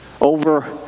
over